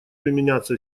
применяться